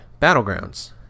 Battlegrounds